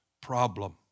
problem